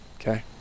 Okay